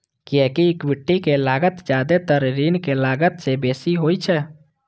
कियैकि इक्विटी के लागत जादेतर ऋणक लागत सं बेसी होइ छै